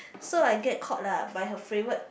so I get called lah by her favourite